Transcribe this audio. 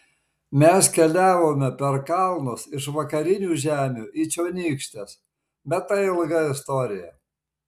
mes keliavome per kalnus iš vakarinių žemių į čionykštes bet tai ilga istorija